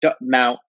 Mount